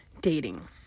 dating